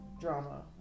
drama